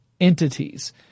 entities